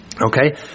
Okay